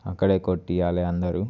అక్కడ కొట్టించాలి అందరు